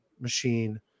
machine